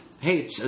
hey